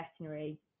veterinary